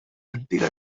antiga